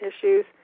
issues